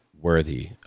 worthy